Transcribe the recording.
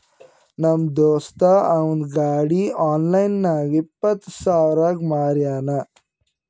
ನಮ್ ದೋಸ್ತ ಅವಂದ್ ಗಾಡಿ ಆನ್ಲೈನ್ ನಾಗ್ ಇಪ್ಪತ್ ಸಾವಿರಗ್ ಮಾರ್ಯಾನ್